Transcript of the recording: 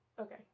Okay